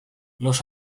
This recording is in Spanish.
los